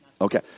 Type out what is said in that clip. Okay